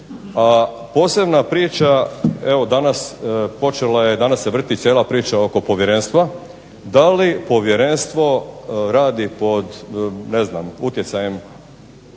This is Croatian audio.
A posebna priča evo danas počela je, danas se vrti cijela priča oko povjerenstva, da li povjerenstvo radi pod ne znam utjecajem